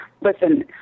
listen